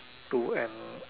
to an